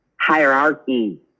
hierarchy